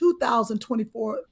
2024